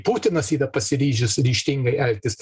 putinas yra pasiryžęs ryžtingai elgtis